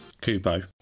Kubo